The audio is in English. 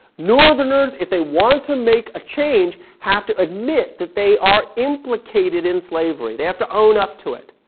northerners, if they want to make a change, have to admit that they are implicated in slavery. they have to own up to it.